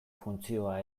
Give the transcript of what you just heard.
funtzioa